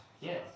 Yes